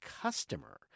customer